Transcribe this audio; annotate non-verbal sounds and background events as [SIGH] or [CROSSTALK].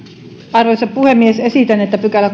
arvoisa puhemies esitän että kolmas pykälä [UNINTELLIGIBLE]